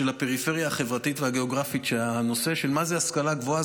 של הפריפריה החברתית והגיאוגרפית שהנושא של מה זה השכלה גבוהה,